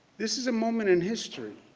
this is a moment in history